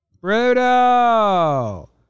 Brutal